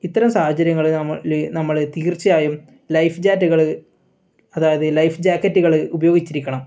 ഇത്തരം സാഹചര്യങ്ങളിൽ മല് നമ്മൾ തീർച്ചയായും ലൈഫ് ജാറ്റുകള് അതായത് ലൈഫ് ജാക്കറ്റുകൾ ഉപയോഗിച്ചിരിക്കണം